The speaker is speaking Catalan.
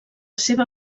seva